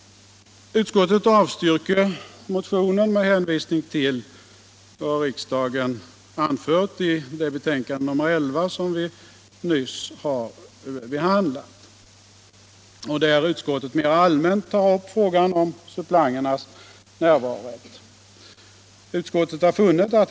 Utskottet avstyrker motionen med hänvisning till vad som anförts i utskottets be 17 tänkande nr 11, som vi nyss har behandlat och där utskottet mera allmänt tar upp frågan om suppleanternas närvarorätt.